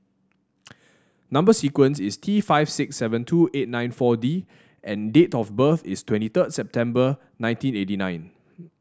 number sequence is T five six seven two eight nine four D and date of birth is twenty third September nineteen eighty nine